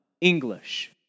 English